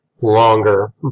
longer